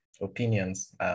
opinions